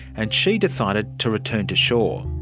and she decided to return to shore.